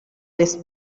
this